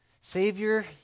Savior